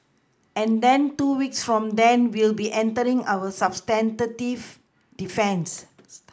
and then two weeks from then we'll be entering our substantive defence